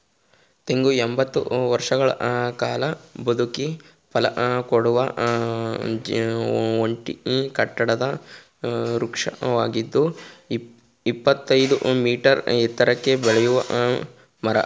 ತೆಂಗು ಎಂಬತ್ತು ವರ್ಷಗಳ ಕಾಲ ಬದುಕಿ ಫಲಕೊಡುವ ಒಂಟಿ ಕಾಂಡದ ವೃಕ್ಷವಾಗಿದ್ದು ಇಪ್ಪತ್ತಯ್ದು ಮೀಟರ್ ಎತ್ತರಕ್ಕೆ ಬೆಳೆಯೋ ಮರ